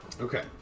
Okay